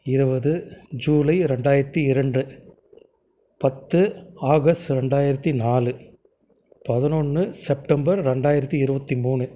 இருபது ஜூலை ரெண்டாயிரத்தி இரண்டு பத்து ஆகஸ்ட் ரெண்டாயிரத்தி நாலு பதினொன்று செப்டம்பர் ரெண்டாயிரத்தி இருபத்தி மூணு